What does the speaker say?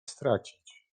stracić